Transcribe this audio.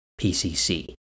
PCC